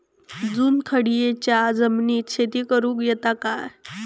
चुनखडीयेच्या जमिनीत शेती करुक येता काय?